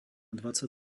dvadsať